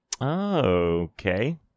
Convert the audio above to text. okay